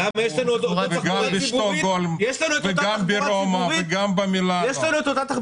וגם בשטוקהולם וגם ברומא וגם במילאנו.